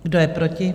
Kdo je proti?